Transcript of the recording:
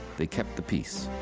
they kept the peace.